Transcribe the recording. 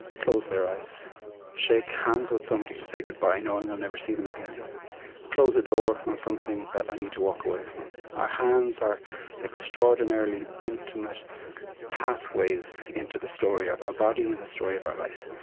close their eyes shake hands with somebody to say goodbye, knowing i'll never see them again close a door on something that i need to walk away from? our hands are extraordinarily intimate pathways into the story of our body and the story of our life.